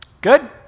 Good